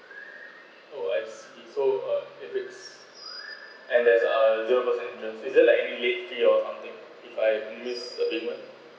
oh I see so uh if it's and there's a zero percent interest is there like any late fees or something if I miss the payment